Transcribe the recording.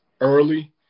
early